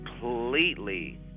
completely